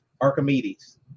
Archimedes